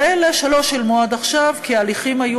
אלא אלה שלא שילמו עד עכשיו כי ההליכים היו